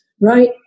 right